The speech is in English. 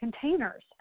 containers